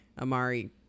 Amari